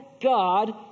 God